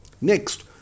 next